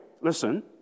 Listen